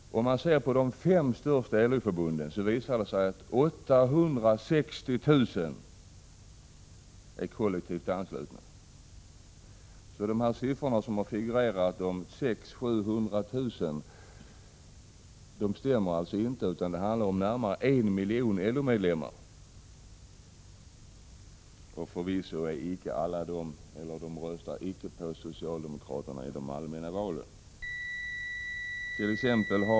Om man ser på de fem största LO-förbunden visar det sig att 860 000 är kollektivt anslutna. De siffror som här figurerar på 600 000-700 000 stämmer alltså inte, utan det handlar om närmare en miljon LO-medlemmar. Förvisso röstar icke alla de människorna på socialdemokraterna i de allmänna valen.